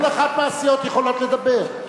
כל אחת מהסיעות יכולה לדבר.